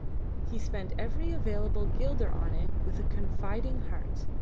he spent every available guilder on it with a confiding heart.